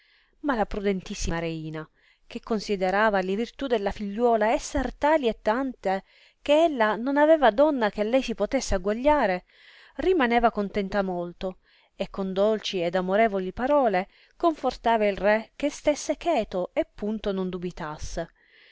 ma la prudentissima reina che considerava le virtù della figliuola esser tali e tante che ella non aveva donna che a lei si potesse agguagliare rimaneva contenta molto e con dolci ed amorevoli parole confortava il re che stesse cheto e punto non dubitasse